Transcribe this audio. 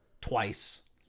twice